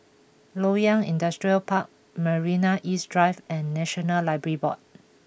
Loyang Industrial Park Marina East Drive and National Library Board